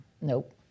Nope